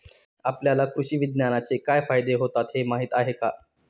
आपल्याला कृषी विज्ञानाचे काय फायदे होतात हे माहीत आहे का?